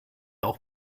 auch